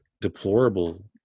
deplorable